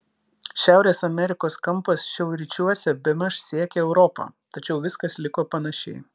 šiaurės amerikos kampas šiaurryčiuose bemaž siekė europą tačiau viskas liko panašiai